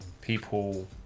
people